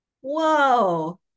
Whoa